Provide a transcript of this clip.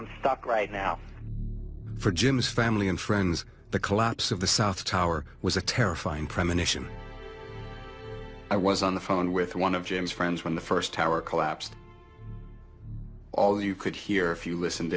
i'm stuck right now for jim's family and friends the collapse of the south tower was a terrifying premonition i was on the phone with one of jim's friends when the first tower collapsed although you could hear if you listened